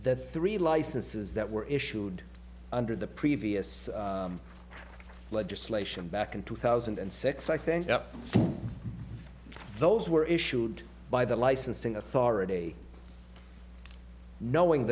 the three licenses that were issued under the previous legislation back in two thousand and six i think up those were issued by the licensing authority knowing